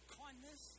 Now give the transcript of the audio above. kindness